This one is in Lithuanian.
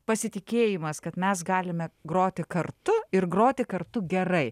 pasitikėjimas kad mes galime groti kartu ir groti kartu gerai